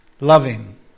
Loving